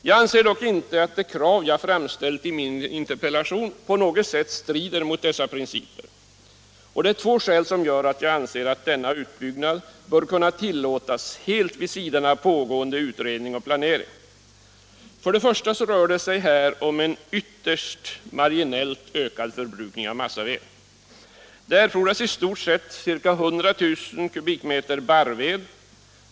Jag anser dock inte att de krav som jag framställt i min interpellation på något sätt strider mot dessa principer. Det är två skäl som gör att jag anser att denna utbyggnad bör kunna tillåtas helt vid sidan av pågående utredning och planering. Först och främst rör det sig här om en ytterst marginellt ökad förbrukning av massaved. Det erfordras i stort sett ca 100 000 kubikmeter barrved.